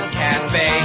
cafe